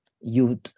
youth